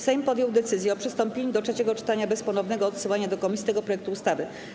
Sejm podjął decyzję o przystąpieniu do trzeciego czytania bez ponownego odsyłania do komisji tego projektu ustawy.